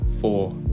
four